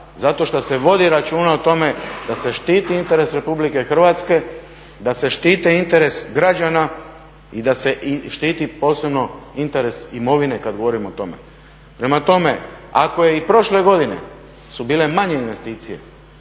zato što se vodi računa o tome da se štiti interes RH, da se štite interesi građana i da se štiti posebno interes imovine kad govorimo o tome. Prema tome, ako je i prošle godine su bile manje investicije,